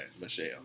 michelle